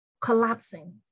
collapsing